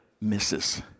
misses